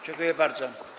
Dziękuję bardzo.